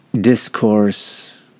discourse